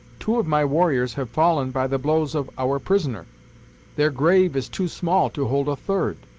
two of my warriors have fallen by the blows of our prisoner their grave is too small to hold a third.